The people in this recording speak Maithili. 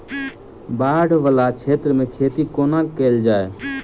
बाढ़ वला क्षेत्र मे खेती कोना कैल जाय?